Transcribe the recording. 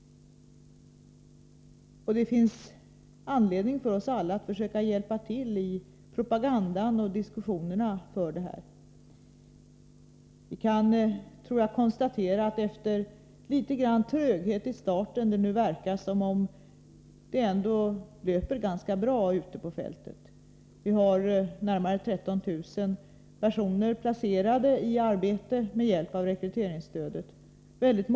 Det finns anledning för oss alla att i diskussionerna försöka hjälpa till med propagandan för det här stödet. Jag tror att vi kan konstatera att verksamheten, efter en viss tröghet i starten, nu verkar fungera ganska bra ute på fältet. Närmare 13 000 personer är nu med hjälp av rekryteringsstödet placerade i arbete.